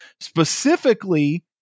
specifically